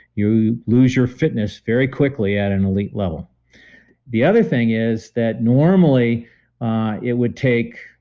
you lose your fitness very quickly at an elite level the other thing is that normally it would take.